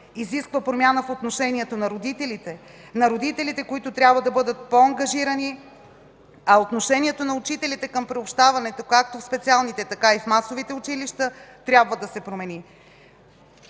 изисква промяна в отношението на родителите, които трябва да бъдат по-ангажирани, а отношението на учителите към приобщаването както в специалните, така и в масовите училища трябва да се промени.